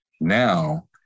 Now